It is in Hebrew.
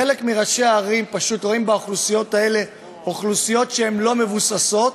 חלק מראשי הערים פשוט רואים באוכלוסיות האלה אוכלוסיות לא מבוססות,